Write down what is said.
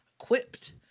equipped